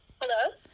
Hello